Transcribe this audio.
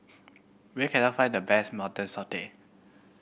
where can I find the best Mutton Satay